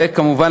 וכמובן,